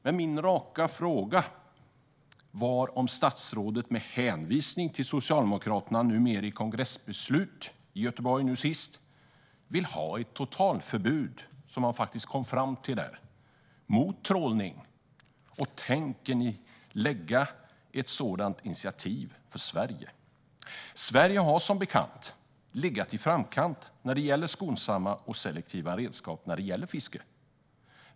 Min raka fråga handlade dock om statsrådet, med hänvisning till ett beslut från Socialdemokraternas kongress i Göteborg nyligen, vill ha ett totalförbud mot trålning, vilket man faktiskt kom fram till där. Tänker ni ta ett sådant initiativ från Sveriges håll? Sverige har som bekant legat i framkant när det gäller skonsamma och selektiva redskap inom fisket.